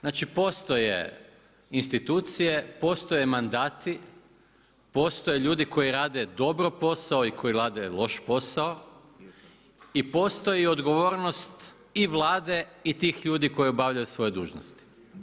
Znači postoje institucije, postoje mandati, postoje ljudi koji rade dobro posao i koji rade loš posao i postoji odgovornost i Vlade i tih ljudi koji obavljaju svoje dužnosti.